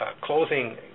closing